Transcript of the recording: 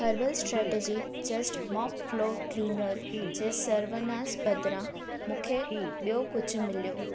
herbal strategy just mop floor cleaner जे सर्वनास बदिरां मूंखे ॿियों कुझु मिलियो